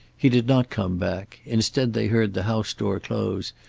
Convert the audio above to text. he did not come back instead they heard the house door close,